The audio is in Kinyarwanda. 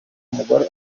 umugore